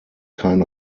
kein